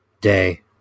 day